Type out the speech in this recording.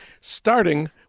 starting